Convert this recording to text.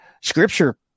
scripture